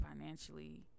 financially